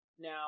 Now